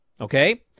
okay